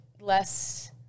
less